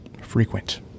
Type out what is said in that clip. frequent